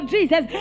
Jesus